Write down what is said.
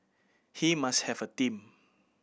he must have a team